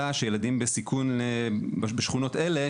עלה שילדים בסיכון בשכונות האלה,